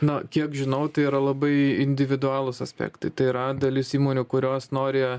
na kiek žinau tai yra labai individualūs aspektai tai yra dalis įmonių kurios nori